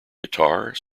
guitar